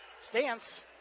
stance